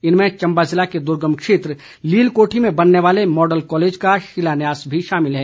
इनमें चम्बा ज़िले के दुर्गम क्षेत्र लील कोठी में बनने वाले मॉडल कॉलेज का शिलान्यास भी शामिल है